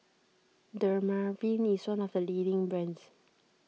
Dermaveen is one of the leading brands